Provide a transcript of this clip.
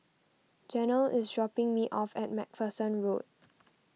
Janel is dropping me off at MacPherson Road